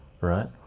right